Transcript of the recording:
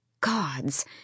Gods